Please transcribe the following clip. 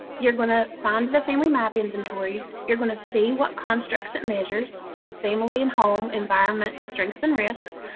you're going to find the family map inventories, you're going to see what constructs it measures sort of family and home, environment, strengths and risks,